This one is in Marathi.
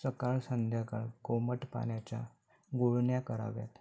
सकाळ संध्याकाळ कोमट पाण्याच्या गुळण्या कराव्यात